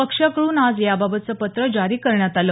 पक्षाकडून आज याबाबतचं पत्र जारी करण्यात आलं